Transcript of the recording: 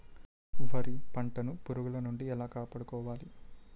వరి పంటను పురుగుల నుండి ఎలా కాపాడుకోవాలి?